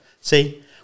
see